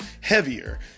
heavier